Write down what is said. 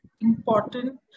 important